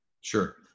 Sure